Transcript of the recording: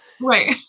Right